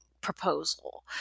proposal